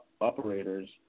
operators